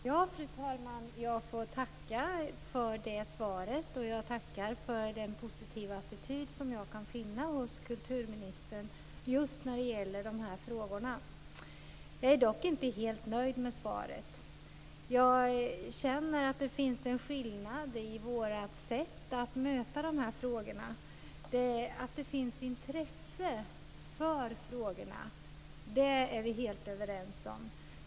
Fru talman! Jag får tacka för svaret och den positiva attityd som jag kan finna hos kulturministern just när det gäller dessa frågor. Jag är dock inte helt nöjd med svaret. Jag känner att det finns en skillnad i vårt sätt att möta dessa frågor. Att det finns intresse för frågorna är vi helt överens om.